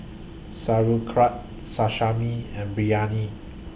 Sauerkraut Sashimi and Biryani